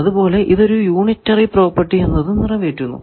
അതുപോലെ ഇത് unitary property എന്നതും നിറവേറ്റുന്നു